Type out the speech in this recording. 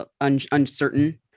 uncertain